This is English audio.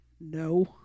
No